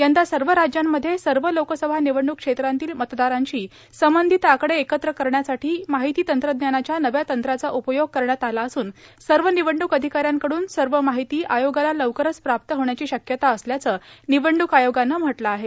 यंदा सर्व राज्यांमध्ये सर्व लोकसभा निवडणूक क्षेत्रांतील मतदारांशी संबंधित आकडे एकत्र करण्यासाठी माहिती तंत्रज्ञानाच्या नव्या तंत्राचा उपयोग करण्यात आला असून सर्व निवडणूक अधिकाऱ्यांकडून सगळी माहिती आयोगाला लवकरच प्राप्त होण्याची शक्यता असल्याचं निवडणूक आयोगानं म्हटलं आहे